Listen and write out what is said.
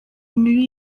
mibi